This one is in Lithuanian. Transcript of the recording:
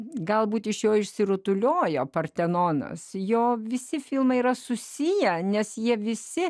galbūt iš jo išsirutuliojo partenonas jo visi filmai yra susiję nes jie visi